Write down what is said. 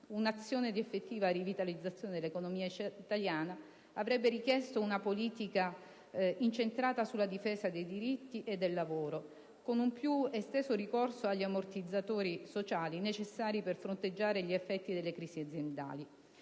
Un'azione di effettiva rivitalizzazione dell'economia italiana avrebbe richiesto una politica incentrata sulla difesa dei diritti e del lavoro, con un più esteso ricorso agli ammortizzatori sociali, necessari per fronteggiare gli effetti delle crisi aziendali.